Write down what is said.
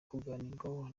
kuganirwaho